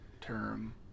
term